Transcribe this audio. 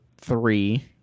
three